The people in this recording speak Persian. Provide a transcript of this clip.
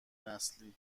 نسلی